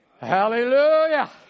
Hallelujah